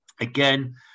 Again